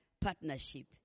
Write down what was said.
partnership